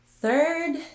Third